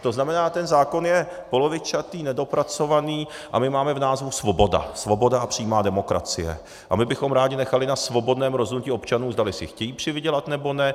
To znamená, ten zákon je polovičatý, nedopracovaný a my máme v názvu svoboda Svoboda a přímá demokracie a my bychom rádi nechali na svobodném rozhodnutí občanů, zdali si chtějí přivydělat, nebo ne.